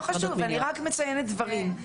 לא חשוב, אני רק מציינת דברים.